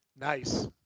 Nice